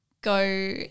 go